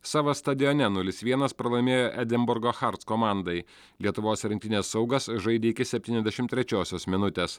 savo stadione nulis vienas pralaimėjo edinburgo hearts komandai lietuvos rinktinės saugas žaidė iki septyniasdešim trečiosios minutės